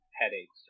headaches